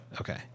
Okay